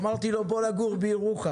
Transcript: אמרתי לו, בוא לגור בירוחם.